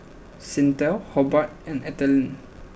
Cyntha Hobart and Ethyle